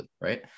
Right